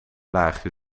laagje